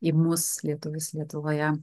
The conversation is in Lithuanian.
į mus lietuvis lietuvoje